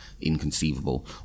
inconceivable